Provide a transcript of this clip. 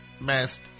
Best